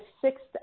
sixth